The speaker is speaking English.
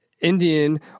Indian